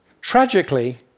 Tragically